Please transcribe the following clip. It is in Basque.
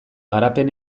garapen